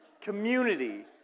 Community